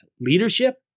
leadership